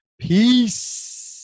Peace